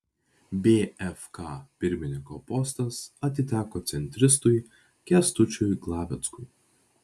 bfk pirmininko postas atiteko centristui kęstučiui glaveckui